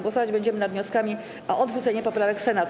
Głosować będziemy nad wnioskami o odrzucenie poprawek Senatu.